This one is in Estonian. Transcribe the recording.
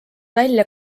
välja